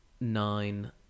nine